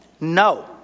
No